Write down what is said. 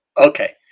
Okay